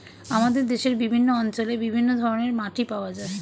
আমাদের দেশের বিভিন্ন অঞ্চলে বিভিন্ন ধরনের মাটি পাওয়া যায়